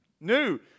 New